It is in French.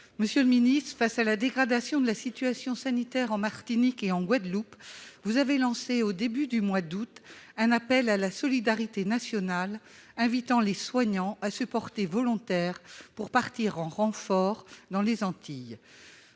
monsieur le Ministre, face à la dégradation de la situation sanitaire en Martinique et en Guadeloupe, vous avez lancé au début du mois d'août, un appel à la solidarité nationale, invitant les soignants à se porter volontaires pour partir en renfort dans les Antilles,